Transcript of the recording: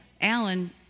Alan